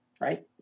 right